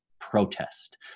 protest